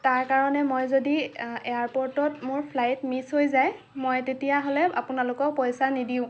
তাৰ কাৰণে মই যদি এয়াৰ্পোটত মোৰ ফ্লাইট মিচ হৈ যায় মই তেতিয়াহ'লে আপোনালোকক পইচা নিদিও